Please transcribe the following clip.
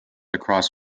across